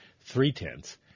three-tenths